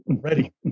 ready